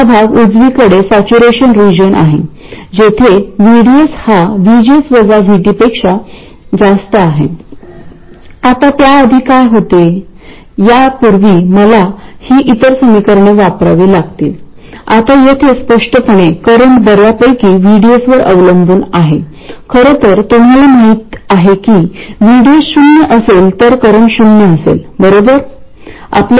त्याचप्रमाणे जर current factor तुमच्या अपेक्षेपेक्षा छोटा असेल तर अशा परिस्थितीत तुम्हाला एक लहान करंट मिळेल